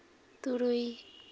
ᱛᱩᱨᱩᱭ